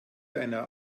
einer